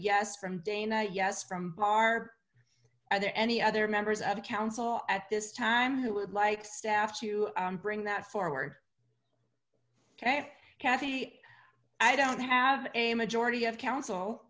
yes from dana yes from barb are there any other members of council at this time who would like staff to bring that forward okay kathy i don't have a majority of council